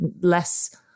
less